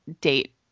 date